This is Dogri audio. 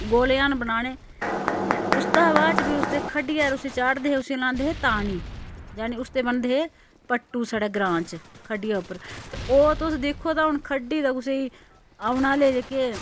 गोले जन बनाने ते उसदा हा बाद च फ्ही उसदे खड्डियै'र चाढ़दे हे उसी गलांदे हे तानी जानी उसदे बनदे हे पटटू साढे ग्रांऽ च खड्डियै उप्पर ते ओह् तुस दिक्खो तां हून खड्डी ते कुसै गी औने आह्ले जेह्के